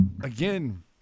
Again